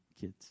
kids